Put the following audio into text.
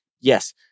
yes